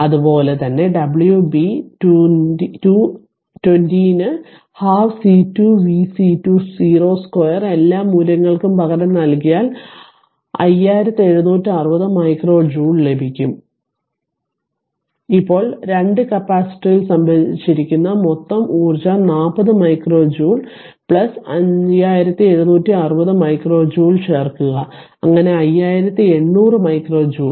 അതുപോലെ തന്നെ w b 2 0 ന് 12 C2 v C2 02 എല്ലാ മൂല്യങ്ങൾക്കും പകരം നൽകിയാൽ 5760 മൈക്രോ ജൂൾ ലഭിക്കും ഇപ്പോൾ 2 കപ്പാസിറ്ററിൽ സംഭരിച്ചിരിക്കുന്ന മൊത്തം ഊർജ്ജം 40 മൈക്രോ ജൂൾ 5760 മൈക്രോ ജൂൾ ചേർക്കുക അങ്ങനെ 5800 മൈക്രോ ജൂൾ